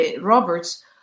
Roberts